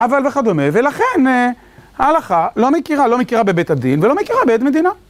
אבל וכדומה, ולכן ההלכה לא מכירה, לא מכירה בבית הדין, ולא מכירה בעד מדינה.